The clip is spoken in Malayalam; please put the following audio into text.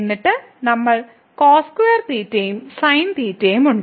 എന്നിട്ട് നമ്മൾക്ക് cos2തീറ്റയും sin തീറ്റയും ഉണ്ട്